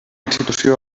institució